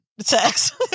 sex